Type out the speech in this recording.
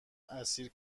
اسیر